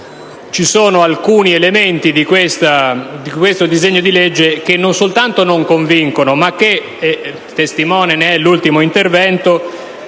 ci sono alcuni elementi di questo disegno di legge che non soltanto non convincono ma che, testimone ne è l'ultimo intervento,